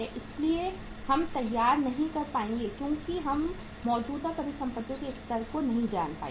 इसलिए हम तैयार नहीं कर पाएंगे क्योंकि हम मौजूदा परिसंपत्तियों के स्तर को नहीं जान पाएंगे